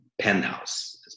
penthouse